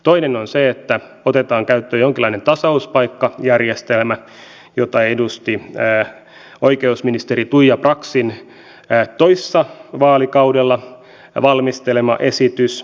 toinen on se että otetaan käyttöön jonkinlainen tasauspaikkajärjestelmä jota edusti oikeusministeri tuija braxin toissa vaalikaudella valmistelema esitys